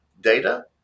data